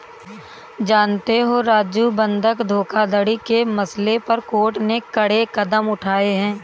जानते हो राजू बंधक धोखाधड़ी के मसले पर कोर्ट ने कड़े कदम उठाए हैं